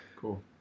Cool